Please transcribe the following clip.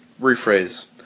rephrase